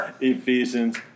Ephesians